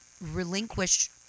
relinquish